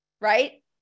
right